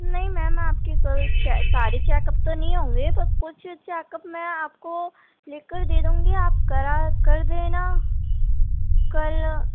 نہیں ميم آپ کی ساری چیکپ تو نہیں ہوں گے بس کچھ چیکپ میں آپ کو لکھ کر دے دوں گى آپ کرا کر دینا كل